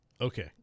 Okay